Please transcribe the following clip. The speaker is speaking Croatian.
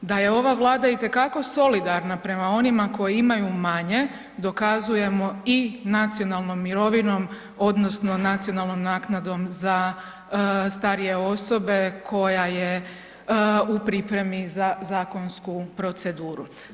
Da je ova Vlada itekako solidarna prema onima koji imaju manje, dokazujemo i nacionalnom mirovinom odnosno nacionalnom naknadom za starije osobe koja je u pripremi za zakonsku proceduru.